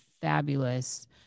fabulous